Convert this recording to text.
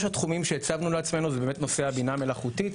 התחומים שהצבנו לעצמנו זה באמת נושא הבינה המלאכותית,